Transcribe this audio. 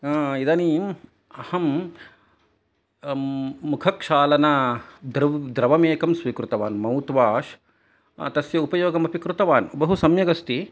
इदानीम् अहं मुखक्षालनद्रवम् एकं स्वीकृतवान् मौथ् वाश् तस्य उपयोगमपि कृतवान् बहु सम्यक् अस्ति